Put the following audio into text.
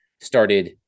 started